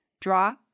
Draw